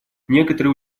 некоторые